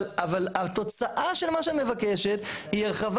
אבל התוצאה של מה שאת מבקשת היא הרחבה